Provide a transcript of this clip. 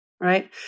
right